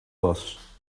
was